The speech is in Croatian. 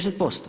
10%